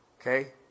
Okay